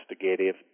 investigative